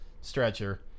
stretcher